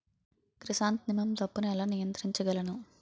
Chrysanthemum తప్పును ఎలా నియంత్రించగలను?